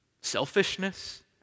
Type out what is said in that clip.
selfishness